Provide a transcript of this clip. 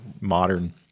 modern –